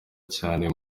cyane